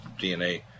DNA